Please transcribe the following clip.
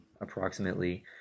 approximately